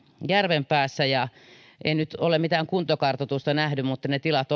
järvenpäässä ja en nyt mitään kuntokartoitusta ole nähnyt ne tilat